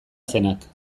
zenak